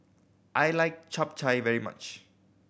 I like Chap Chai very much